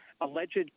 alleged